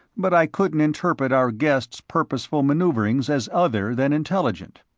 but i couldn't interpret our guest's purposeful maneuverings as other than intelligent.